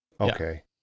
Okay